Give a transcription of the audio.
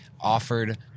offered